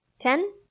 Ten